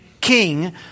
king